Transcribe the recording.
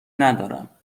ندارم